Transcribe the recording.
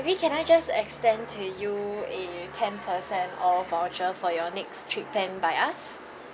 maybe can I just extend to you a ten percent off voucher for your next trip plan by us